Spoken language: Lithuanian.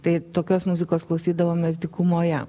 tai tokios muzikos klausydavomės dykumoje